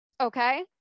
okay